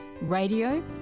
radio